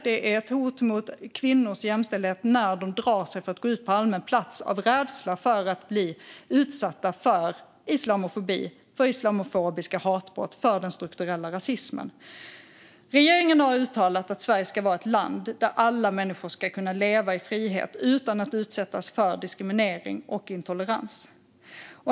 Det är ett hot mot kvinnors jämställdhet när de drar sig för att gå ut på allmän plats av rädsla för att bli utsatta för islamofobi, islamofobiska hatbrott och den strukturella rasismen. Regeringen har uttalat att Sverige ska vara ett land där alla människor ska kunna leva i frihet utan att utsättas för diskriminering och intolerans.